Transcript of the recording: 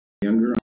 younger